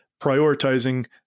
prioritizing